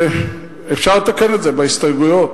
ואפשר לתקן את זה בהסתייגויות.